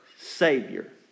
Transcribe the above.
Savior